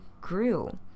grew